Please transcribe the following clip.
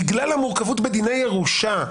בגלל המורכבות בדיני ירושה,